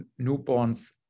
newborns